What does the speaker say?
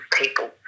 people